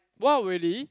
wow really